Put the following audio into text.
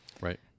right